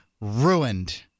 ruined